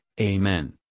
Amen